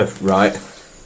Right